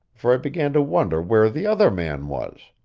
for i began to wonder where the other man was.